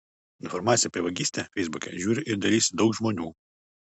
informaciją apie vagystę feisbuke žiūri ir dalijasi daug žmonių